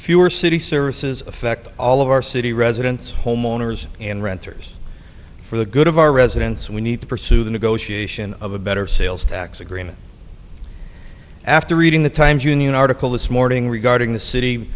fewer city services affect all of our city residents homeowners and renters for the good of our residents we need to pursue the negotiation of a better sales tax agreement after reading the times union article this morning regarding the city